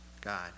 God